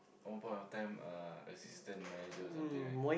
one point of time uh assistant manager or something right